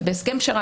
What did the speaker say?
ובהסכם פשרה,